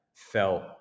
felt